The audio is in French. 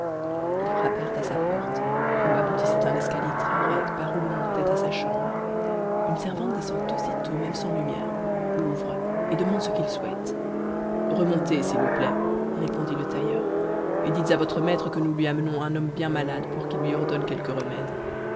ils frappèrent à sa porte où aboutissait un escalier très raide par où l'on montait à sa chambre une servante descend aussitôt même sans lumière ouvre et demande ce qu'ils souhaitent remontez s'il vous plaît répondit le tailleur et dites à votre maître que nous lui amenons un homme bien malade pour qu'il lui ordonne quelque remède